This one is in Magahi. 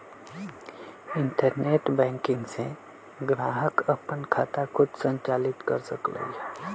इंटरनेट बैंकिंग से ग्राहक अप्पन खाता खुद संचालित कर सकलई ह